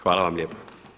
Hvala vam lijepa.